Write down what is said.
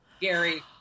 Gary